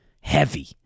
heavy